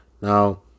Now